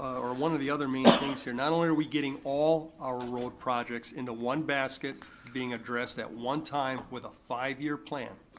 or one of the other main things here. not only are we getting all our road projects into one basket being addressed at one time with a five-year plan.